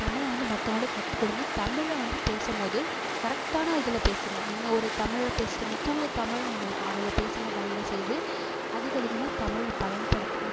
தமிழை வந்து மற்றவங்களுக்கு கற்று கொடுங்க தமிழை வந்து பேசும்போது கரெக்டான இதில் பேசுங்க நீங்கள் ஒரு தமிழில் பேசுகிறீங்க தூயத்தமிழ்ன்னு ஒன்று இருக்கும் அதில் பேசுங்க தயவு செய்து அதிகதிகமாக தமிழை பயன்படுத்துங்க